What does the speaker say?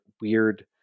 weird